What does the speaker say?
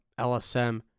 LSM